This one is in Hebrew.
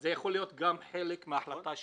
זה יכול להיות גם חלק של ההחלטה שלה.